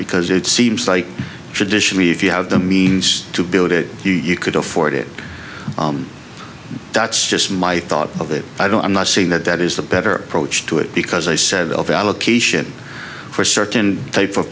because it seems like traditionally if you have the means to build it you could afford it that's just my thought of it i don't i'm not saying that that is the better approach to it because i said the allocation for certain types of